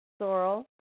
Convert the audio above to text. sorrel